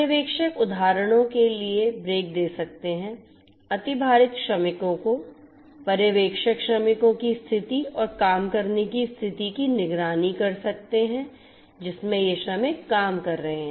पर्यवेक्षक उदाहरण के लिए ब्रेक दे सकते हैं अतिभारित श्रमिकों को पर्यवेक्षक श्रमिकों की स्थिति और काम करने की स्थिति की निगरानी कर सकते हैं जिसमें यह श्रमिक काम कर रहे हैं